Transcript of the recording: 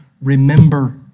Remember